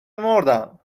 مردم